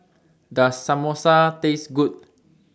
Does Samosa Taste Good